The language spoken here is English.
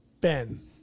Ben